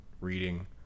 reading